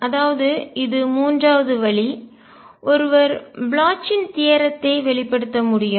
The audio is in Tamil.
அதாவது இது மூன்றாவது வழி ஒருவர் ப்ளோச்சின் தியரம்த்தை தேற்றம் வெளிப்படுத்த முடியும்